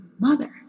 mother